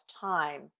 time